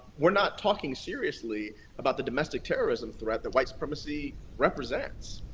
we're not talking seriously about the domestic terrorism threat that white supremacy represents.